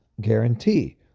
guarantee